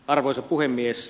arvoisa puhemies